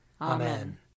Amen